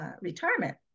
retirement